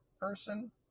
person